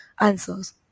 answers